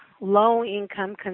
low-income